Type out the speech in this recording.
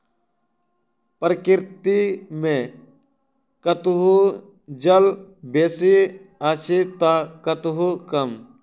प्रकृति मे कतहु जल बेसी अछि त कतहु कम